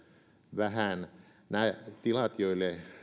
vähän nämä tilat joille